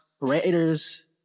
Raiders